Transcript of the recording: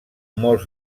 molts